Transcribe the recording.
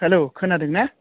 hello खोनादोंना